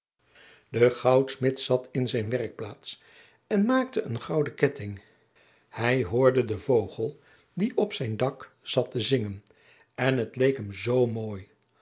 de goudsmid zat in zijn werkplaats en maakte een gouden ketting hij hoorde den vogel die op zijn dak zat te zingen en het leek hem zoo mooi